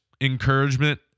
encouragement